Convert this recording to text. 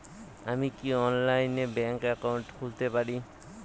আমি কি অনলাইনে ব্যাংক একাউন্ট খুলতে পারি?